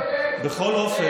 עודד,